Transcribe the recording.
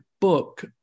book